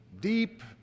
deep